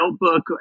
notebook